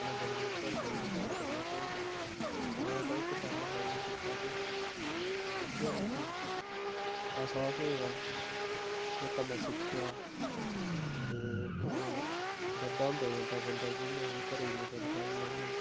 अपने बलबूते पर कोई बी कम्म करना चाहिदा में ते इक साला हा एह् कीता के इयै मिगी एहसास होएआ जेह्का में सिक्खेआ के हून बड्डा होंदा जंदा बन्दा जियां तक घरै दियां परेशानियां